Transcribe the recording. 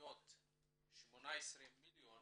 418 מיליון